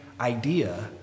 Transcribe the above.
idea